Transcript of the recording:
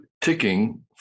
ticking